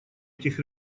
этих